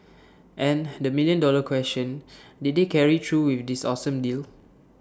and the million dollar question did they carry through with this awesome deal